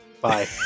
Bye